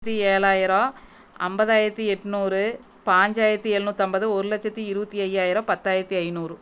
ஏழாயிரோம் ஐம்பதாயிரத்தி எட்நூறு பாஞ்சாயிரத்து எழுநூத்தம்பது ஒரு லட்சத்தி இருபத்தி ஐயாயிரம் பத்தாயிரத்து ஐந்நூறு